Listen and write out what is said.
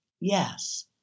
Yes